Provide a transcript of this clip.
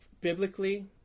biblically